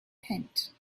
tent